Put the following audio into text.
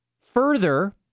further